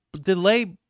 delay